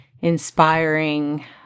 inspiring